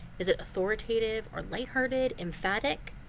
is it authoritative or lighthearted, emphatic?